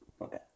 Okay